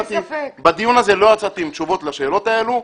בדיון הזה לא יצאתי עם תשובות לשאלות האלו.